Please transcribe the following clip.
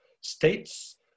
states